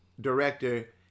director